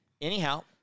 anyhow